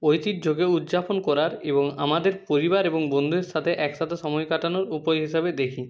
ঐতিহ্যকে উদ্যাপন করার এবং আমাদের পরিবার এবং বন্ধুদের সাথে একসাথে সময় কাটানোর উপায় হিসাবে দেখি